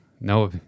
no